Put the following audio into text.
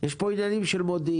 יש פה עניינים של מודיעין,